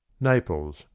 Naples